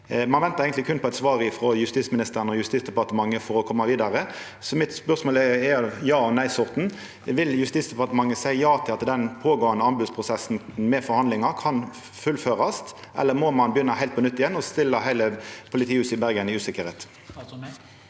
Ein ventar eigentleg berre på eit svar frå justisministeren og Justisdepartementet for å koma vidare. Så mitt spørsmål er av ja/nei-sorten: Vil Justisdepartementet seia ja til at den pågåande anbodsprosessen med forhandlingar kan fullførast, eller må ein begynna heilt på nytt og stilla heile politihuset i Bergen i uvisse?